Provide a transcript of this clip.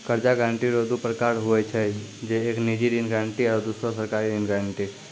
कर्जा गारंटी रो दू परकार हुवै छै एक निजी ऋण गारंटी आरो दुसरो सरकारी ऋण गारंटी